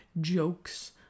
jokes